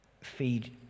feed